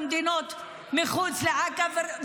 במדינות מחוץ לעזה.